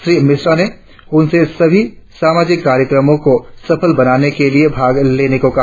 श्री मिश्रा ने उनसे सभी सामाजिक कार्यक्रमों को सफल बनाने के लिए भाग लेने को कहा